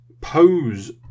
pose